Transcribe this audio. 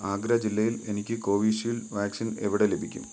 ആഗ്ര ജില്ലയിൽ എനിക്ക് Covishield vaccine എവിടെ ലഭിക്കും